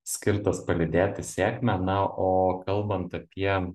skirtas palydėt į sėkmę na o kalbant apie